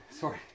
Sorry